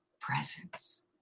presence